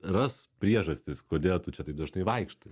ras priežastis kodėl tu čia taip dažnai vaikštai